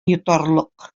йотарлык